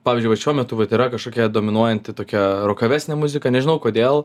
pavyzdžiui vat šiuo metu vat yra kažkokia dominuojanti tokia rokavesnė muzika nežinau kodėl